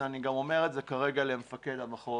הנה אני אומר את זה כרגע למפקד המחוז,